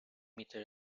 meter